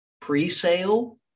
pre-sale